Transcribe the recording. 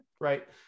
right